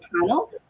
panel